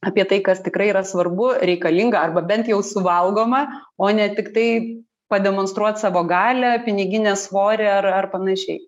apie tai kas tikrai yra svarbu reikalinga arba bent jau suvalgoma o ne tiktai pademonstruot savo galią piniginės svorį ar ar panašiai